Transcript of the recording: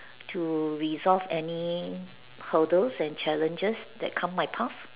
to resolve any hurdles and challenges that come my path